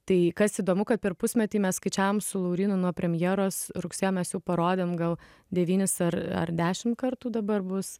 tai kas įdomu kad per pusmetį mes skaičiavom su laurynu nuo premjeros rugsėjo mes jau parodėm gal devynis ar ar dešim kartų dabar bus